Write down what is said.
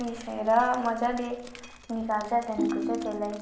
पिसेर मजाले निकाल्छ त्यहाँदेखिको चाहिँ त्यसलाई